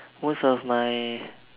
most of my